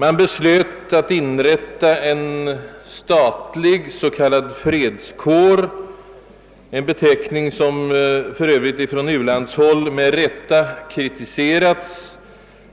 Man beslöt sedan att inrätta en statlig s.k. fredskår — en benämning som för övrigt med rätta har kritiserats från